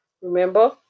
Remember